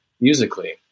musically